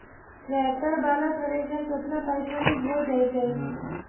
Tractor बाला thresher केतना पैसा में हो जैतै?